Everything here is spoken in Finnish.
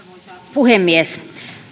puhemies